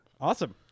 Awesome